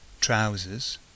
Trousers